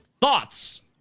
Thoughts